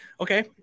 Okay